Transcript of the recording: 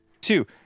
Two